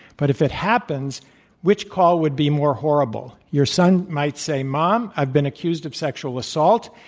but if it happens which call would be more horrible? your son might say, mom, i've been accused of sexual assault,